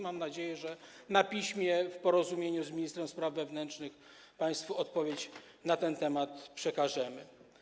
Mam nadzieję, że na piśmie w porozumieniu z ministrem spraw wewnętrznych państwu odpowiedź na ten temat przekażemy.